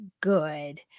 good